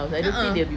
a'ah